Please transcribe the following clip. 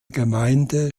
gemeinde